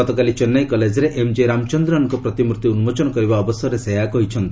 ଗତକାଲି ଚେନ୍ନାଇ କଲେଜରେ ଏମ୍ଜି ରାମଚନ୍ଦ୍ରନ୍ଙ୍କ ପ୍ରତିମ୍ଭର୍ତ୍ତି ଉନ୍ନୋଚନ କରିବା ଅବସରରେ ସେ ଏହା କହିଛନ୍ତି